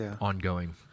Ongoing